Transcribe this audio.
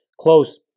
close